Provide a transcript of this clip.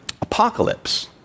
Apocalypse